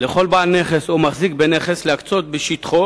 לכל בעל נכס או מחזיק בנכס להקצות בשטחו